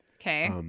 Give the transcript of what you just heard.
Okay